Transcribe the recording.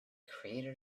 created